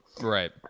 right